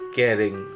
caring